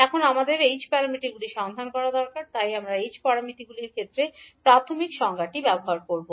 এখন আমাদের h প্যারামিটারগুলি সন্ধান করা দরকার তাই আমরা h প্যারামিটারগুলির ক্ষেত্রে প্রাথমিক সংজ্ঞাটি ব্যবহার করব